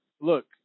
look